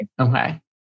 Okay